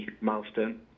milestone